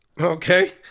Okay